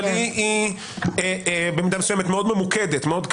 אבל היא במידה מסוימת ממוקדת מאוד,